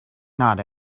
not